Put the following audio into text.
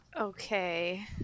Okay